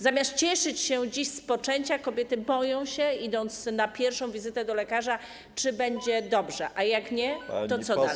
Zamiast cieszyć się dziś z poczęcia, kobiety boją się, idąc na pierwszą wizytę do lekarza, czy będzie dobrze, bo jak nie, to co dalej.